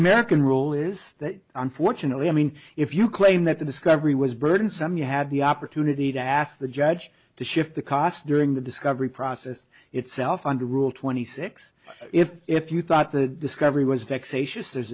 american rule is that unfortunately i mean if you claim that the discovery was burdensome you have the opportunity to ask the judge to shift the cost during the discovery process itself under rule twenty six if if you thought the discovery was th